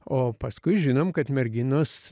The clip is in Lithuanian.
o paskui žinom kad merginos